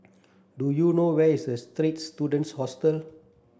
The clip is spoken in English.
do you know where is a Students Hostel